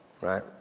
right